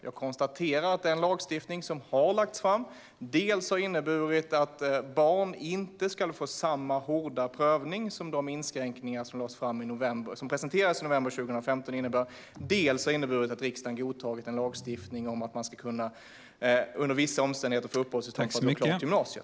Jag konstaterar att det förslag till lagstiftning som har lagts fram dels har inneburit att barn inte ska få samma hårda prövning som de inskränkningar som presenterades i november 2015 innebar, dels har inneburit att riksdagen har godtagit en lagstiftning om att man under vissa omständigheter ska kunna få uppehållstillstånd för att gå klart gymnasiet.